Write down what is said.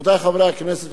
רבותי חברי הכנסת,